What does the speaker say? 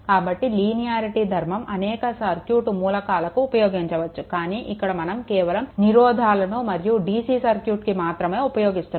కాబట్టి లీనియారిటీ ధర్మం అనేక సర్క్యూట్ మూలకాలకు ఉపయోగించవచ్చు కానీ ఇక్కడ మనం కేవలం నిరోధాలను మరియు dc సర్క్యూట్కి మాత్రమే ఉపయోగిస్తున్నాము